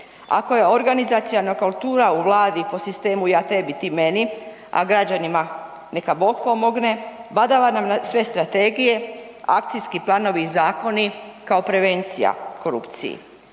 ako je organizaciona kultura u Vladi po sistemu ja tebi, ti meni, a građanima neka Bog pomogne, badava nam sve strategije, akcijski planovi i zakoni kao prevencija korupciji.